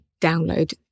download